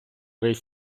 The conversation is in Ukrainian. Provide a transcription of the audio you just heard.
весь